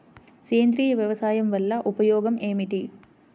సేంద్రీయ వ్యవసాయం వల్ల ఉపయోగం ఏమిటి?